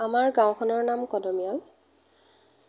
আমাৰ গাঁওখনৰ নাম কদমীয়াল